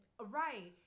right